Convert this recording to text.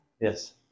yes